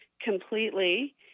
completely